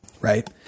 right